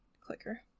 clicker